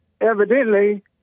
evidently